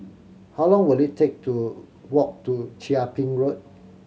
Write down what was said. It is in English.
how long will it take to walk to Chia Ping Road